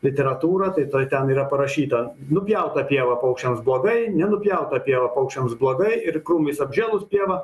literatūrą tai toj ten yra parašyta nupjauta pieva paukščiams blogai nenupjauta pieva paukščiams blogai ir krūmais apžėlus pieva